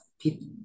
people